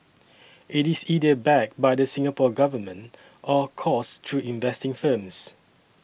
it is either backed by the Singapore Government or coursed through investing firms